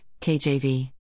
KJV